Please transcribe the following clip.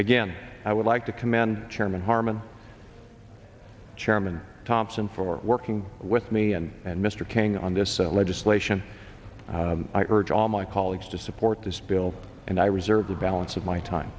again i would like to commend chairman harman chairman thompson for working with me and and mr king on this legislation i urge all my colleagues to support this bill and i reserve the balance of my time